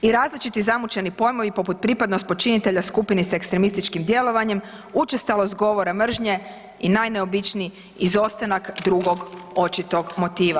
I različiti zamućeni pojmovi poput pripadnost počinitelja skupini s ekstremističkim djelovanjem, učestalost govora mržnje i najneobičniji izostanak drugog očitog motiva.